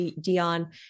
Dion